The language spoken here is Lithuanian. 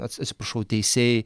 atsi atsiprašau teisėjai